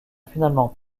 finalement